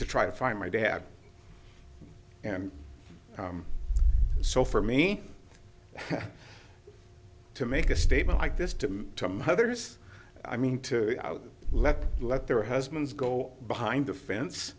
to try to find my dad and so for me to make a statement like this to others i mean to let let their husbands go behind the fence